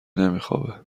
نمیخوابه